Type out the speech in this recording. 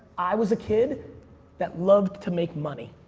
i was a kid that loved to make money.